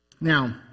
Now